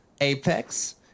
apex